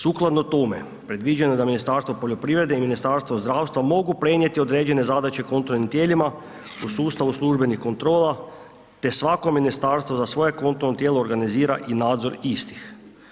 Sukladno tome, predviđeno je da Ministarstvo poljoprivrede i Ministarstvo zdravstva mogu prenijeti određene zadaće kontrolnim tijelima u sustavu služenih kontrola, te svako ministarstvo, za svoje konto tijelo organizira i nadzor istih.